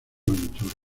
aventura